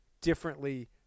differently